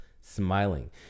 smiling